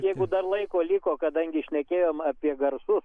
jeigu dar laiko liko kadangi šnekėjom apie garsus